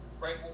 right